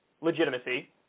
legitimacy